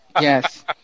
Yes